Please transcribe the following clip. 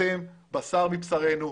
אתם בשר מבשרנו,